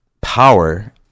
power